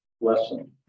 lesson